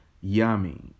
Yummy